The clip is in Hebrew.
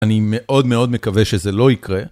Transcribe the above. אני מאוד מאוד מקווה שזה לא יקרה.